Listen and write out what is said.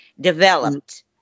developed